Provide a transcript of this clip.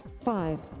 Five